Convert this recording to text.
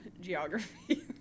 geography